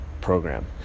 program